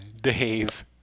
Dave